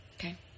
Okay